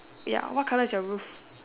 ya what colour is your roof